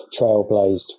Trailblazed